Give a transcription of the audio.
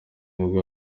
nibwo